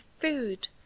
food